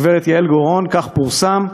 הגברת יעל גוראון, כך פורסם,